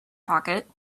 pocket